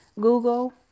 Google